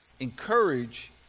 Encourage